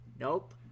Nope